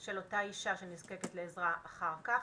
של אותה האישה שנזקקת לעזרה אחר כך,